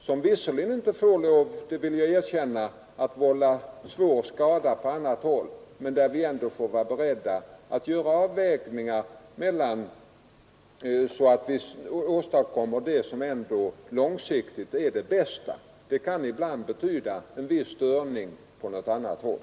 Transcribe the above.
Jag vill erkänna att denna visserligen inte får vålla svår skada på annat håll, men vi får ändå vara beredda att göra de avvägningar som långsiktigt är de bästa, och det kan ibland medföra vissa störningar på något annat håll.